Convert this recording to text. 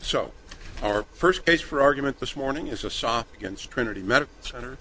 so our first case for argument this morning is a stop against trinity medical center